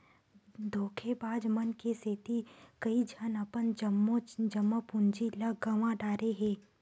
धोखेबाज मन के सेती कइझन अपन जम्मो जमा पूंजी ल गंवा डारे हे